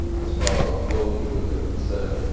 as far as worldly goods are concerned,